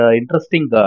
interesting